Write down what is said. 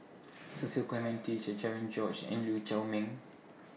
Cecil Clementi Cherian George and Lee Chiaw Meng